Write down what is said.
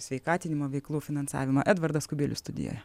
sveikatinimo veiklų finansavimą edvardas kubilius studijoje